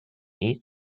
east